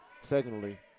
Secondly